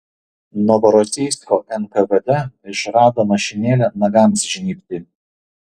novorosijsko nkvd išrado mašinėlę nagams žnybti